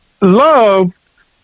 love